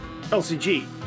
LCG